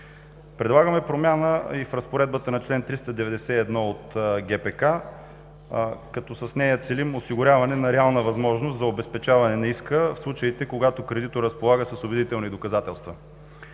Предлагаме промяна и в Разпоредбата на чл. 391 от ГПК, като с нея целим осигуряване на реална възможност за обезпечаване на иска в случаите, когато кредиторът разполага с убедителни доказателства.